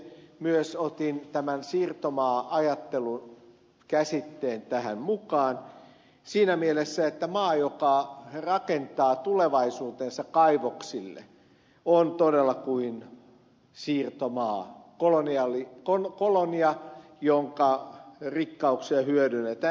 itse myös otin tämän siirtomaa ajattelu käsitteen tähän mukaan siinä mielessä että maa joka rakentaa tulevaisuutensa kaivoksille on todella kuin siirtomaa kolonia jonka rikkauksia hyödynnetään